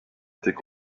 étaient